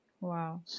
Wow